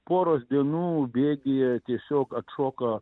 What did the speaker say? poros dienų bėgyje tiesiog atšoka